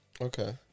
Okay